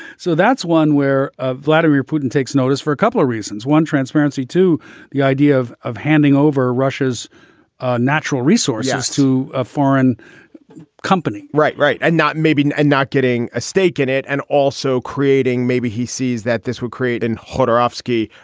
so that's one where vladimir putin takes notice for a couple of reasons. one, transparency to the idea of of handing over russia's natural resources to a foreign company right. right. and not maybe not getting a stake in it and also creating maybe he sees that this would create an hodor off-key,